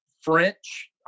French